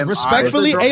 Respectfully